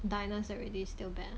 diners already still bad